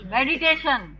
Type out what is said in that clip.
Meditation